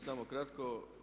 Samo kratko.